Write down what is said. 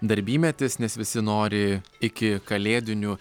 darbymetis nes visi nori iki kalėdinių